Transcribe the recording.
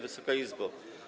Wysoka Izbo!